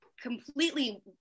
completely